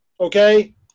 Okay